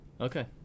Okay